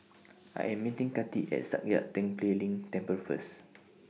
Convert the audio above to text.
I Am meeting Kati At Sakya Tenphel Ling Temple First